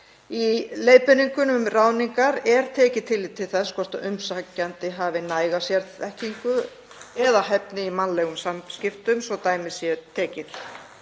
leiðbeiningum um ráðningar skal tekið tillit til þess hvort umsækjandi hafi næga sérþekkingu eða hæfni í mannlegum samskiptum, svo dæmi séu tekin.